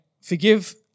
forgive